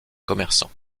commerçant